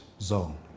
zone